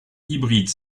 hybride